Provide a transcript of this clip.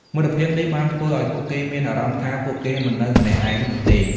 មិត្តភាពនេះបានធ្វើឱ្យពួកគេមានអារម្មណ៍ថាពួកគេមិននៅម្នាក់ឯងនោះទេ។